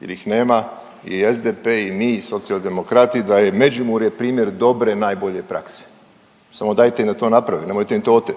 jer ih nema i SDP i mi i Socijaldemokrati da je Međimurje primjer dobre najbolje prakse, samo dajte im da to naprave, nemojte im to otet.